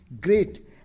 great